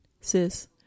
sis